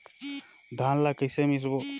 धान ला कइसे मिसबो?